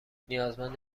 نیازمند